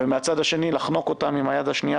ומהצד השני לחנוק אותן עם היד השנייה